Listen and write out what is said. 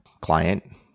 client